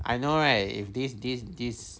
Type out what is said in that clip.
I know right if this this this